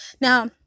Now